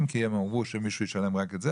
כי הם אמרו שמישהו ישלם רק את זה,